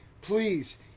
Please